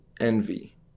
Envy